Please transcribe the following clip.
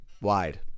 wide